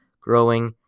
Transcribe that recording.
growing